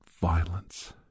violence